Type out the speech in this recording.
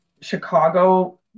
Chicago